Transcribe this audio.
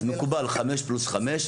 אז מקובל חמש פלוס חמש,